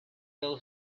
those